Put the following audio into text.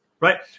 right